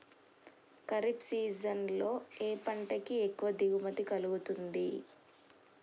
Kharif season లో ఏ పంట కి ఎక్కువ దిగుమతి కలుగుతుంది?